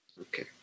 Okay